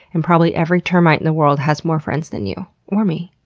and probably every termite in the world has more friends than you. or me.